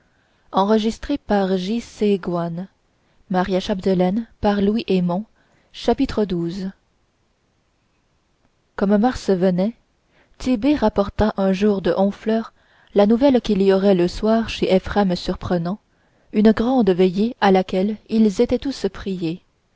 chapitre xii comme mars venait tit'bé rapporta un jour de honfleur la nouvelle qu'il y aurait le soir chez éphrem surprenant une grande veillée à laquelle ils étaient tous priés